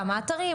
כמה אתרים,